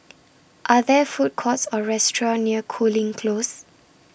Are There Food Courts Or restaurants near Cooling Close